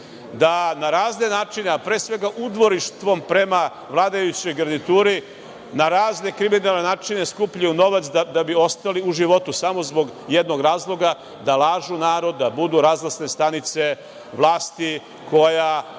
da na razne načine, a pre svega, udvorištvom prema vladajućoj garnituri na razne kriminalne načine skupljaju novac da bi ostali u životu, samo zbog jednog razloga, da lažu narod, da budu razglasne stanice vlasti koja